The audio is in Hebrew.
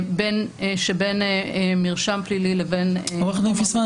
שבין מרשם פלילי לבין --- עו"ד פיסמן,